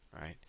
Right